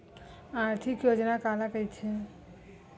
आर्थिक योजना काला कइथे?